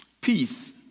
peace